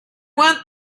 want